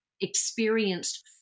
experienced